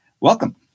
Welcome